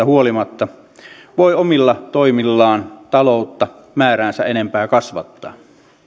huolimatta voi omilla toimillaan taloutta määräänsä enempää kasvattaa